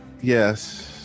yes